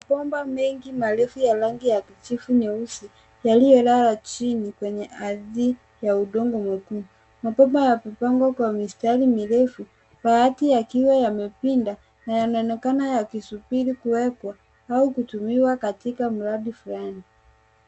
Maboma mengi marefu ya rangi ya kijivu nyeusi yaliyolala chini kwenye ardhi ya udongo mwekundu. Mabomba yamepangwa kwa mistari mirefu, baadhi yakiwa yamepinda na yanaonekana yakisubiri kuwekwa au kutumiwa katika mradi fulani.